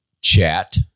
chat